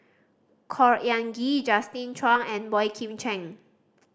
Khor Ean Ghee Justin Zhuang and Boey Kim Cheng